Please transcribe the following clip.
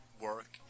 Work